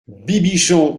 bibichon